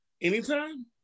anytime